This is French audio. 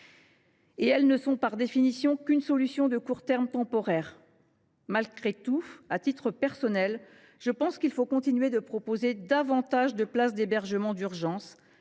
Et elles ne sont, par définition, que temporaires. Malgré tout, à titre personnel, je pense qu’il faut continuer de proposer davantage de places d’hébergement d’urgence,